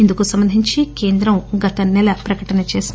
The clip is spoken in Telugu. ఇందుకు సంబంధించి కేంద్రం గత నెల ప్రకటన చేసింది